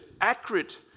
accurate